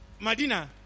Madina